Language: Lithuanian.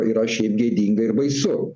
yra šiaip gėdinga ir baisu